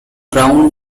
brown